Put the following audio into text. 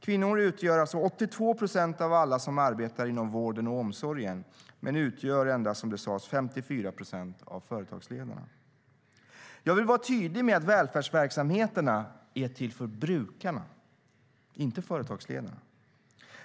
Kvinnor utgör 82 procent av alla som arbetar inom vården och omsorgen, men endast 54 procent av företagsledarna, som Said Abdu sa. Jag vill vara tydlig med att välfärdsverksamheterna är till för brukarna, inte företagsledarna.